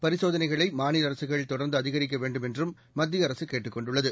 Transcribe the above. பரிசோதனைகளைமாநிலஅரசுகள் தொடர்ந்துஅதிகரிக்கவேண்டுமென்றும் மத்தியஅரசுகேட்டுக் கொண்டுள்ளது